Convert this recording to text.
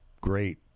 great